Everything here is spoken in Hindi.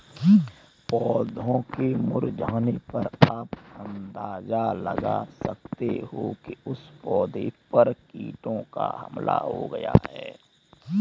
पौधों के मुरझाने पर आप अंदाजा लगा सकते हो कि उस पौधे पर कीटों का हमला हो गया है